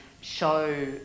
show